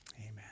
Amen